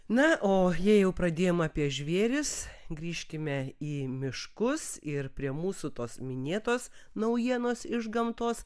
na o jei jau pradėjom apie žvėris grįžkime į miškus ir prie mūsų tos minėtos naujienos iš gamtos